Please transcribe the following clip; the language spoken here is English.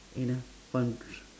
you know f~